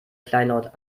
kleinlaut